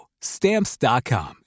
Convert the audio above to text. Stamps.com